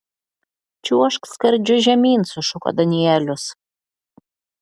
čiuožk skardžiu žemyn sušuko danielius